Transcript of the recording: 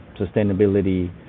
sustainability